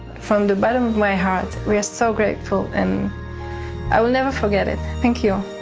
from the bottom of my heart, we are so grateful, and i will never forget it. thank you.